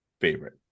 favorite